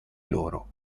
loro